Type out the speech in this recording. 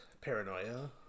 Paranoia